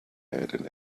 and